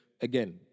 again